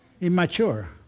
immature